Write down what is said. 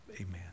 amen